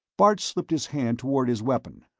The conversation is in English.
bart slipped his hand toward his weapon.